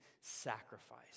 sacrifice